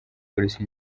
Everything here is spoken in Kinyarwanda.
polisi